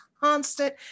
constant